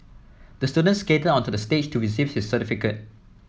the student skated onto the stage to receive his certificate